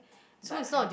but I'm